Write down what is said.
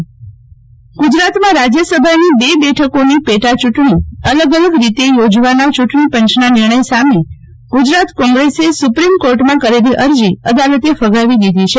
શીતલ વૈશ્નવ ીમ કોર્ટ કોગેસ અર ગુજરાતમાં રાજ્યસભા ની બે બેઠકોની પેટા ચુંટણી અલગ અલગ રીતે યોજવાના ચુંટણી પંચ નાં નિર્ણય સામે ગુજરાત કોગ્રેશ સુપ્રીમ કોર્ટમાં કરેલી અરજી અદાલતે ફગાવી દીધી છે